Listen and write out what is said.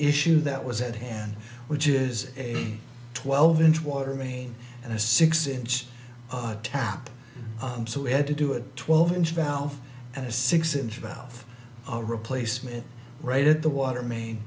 issue that was at hand which is a twelve inch water main and a six inch tap i'm so we had to do it twelve inch valve and a six inch about a replacement right at the water ma